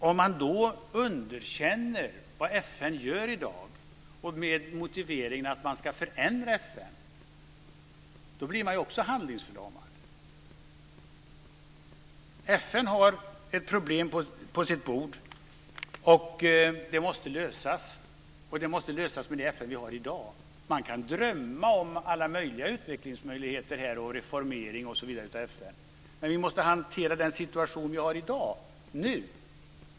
Om man underkänner vad FN gör i dag med motiveringen att man ska förändra FN blir man också handlingsförlamad. FN har ett problem på sitt bord, och det måste lösas med det FN vi har i dag. Man kan drömma om alla möjliga utvecklingsmöjligheter, reformering av FN osv. Men vi måste nu hantera den situation vi har i dag.